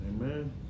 Amen